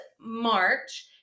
March